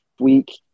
week